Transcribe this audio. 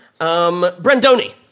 Brendoni